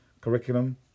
Curriculum